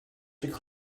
should